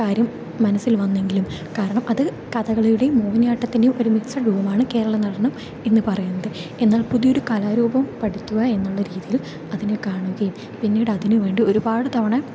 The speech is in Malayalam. കാര്യം മനസ്സിൽ വന്നെങ്കിലും കാരണം അത് കഥകളിയുടെയും മോഹിനിയാട്ടത്തിൻ്റെയും ഒരു മിക്സഡ് രൂപമാണ് കേരളനടനം എന്നു പറയുന്നത് എന്നാൽ പുതിയ ഒരു കലാരൂപം പഠിക്കുക എന്നുള്ള രീതിയിൽ അതിനെ കാണുകയും പിന്നീട് അതിനു വേണ്ടി ഒരുപാട് തവണ